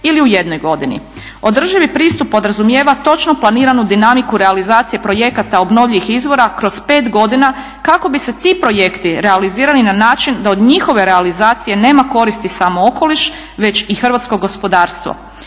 ili u 1 godini. Održivi pristup podrazumijeva točno planiranu dinamiku realizacije projekata obnovljivih izvora kroz 5 godina kako bi se te projekti realizirani na način da od njihove realizacije nema koristi samo okoliš već i hrvatsko gospodarstvo.